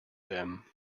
them